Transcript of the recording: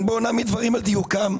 בואו נעמיד דברים על דיוקם,